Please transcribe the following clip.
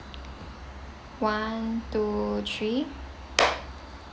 one two three